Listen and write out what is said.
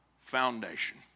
foundation